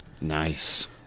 Nice